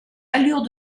allures